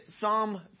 Psalm